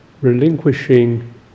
relinquishing